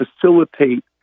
facilitate